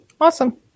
Awesome